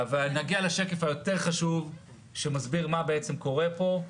אבל נגיע לשקף היותר חשוב שמסביר מה בעצם קורה פה,